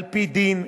על-פי דין.